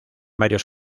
varios